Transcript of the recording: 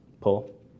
pull